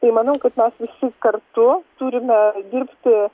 tai manau kad mes visi kartu turime dirbti